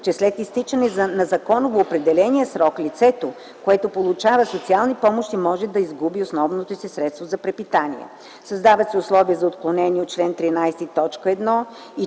че след изтичането на законово определения срок лицето, което получава социални помощи, може да изгуби основното си средство за препитание. Създават се условия за отклонение от чл. 13,